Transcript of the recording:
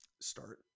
Start